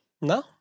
No